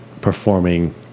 performing